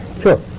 Sure